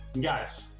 Guys